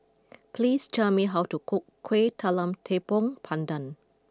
please tell me how to cook Kueh Talam Tepong Pandan